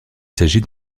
s’agit